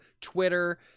Twitter